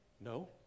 No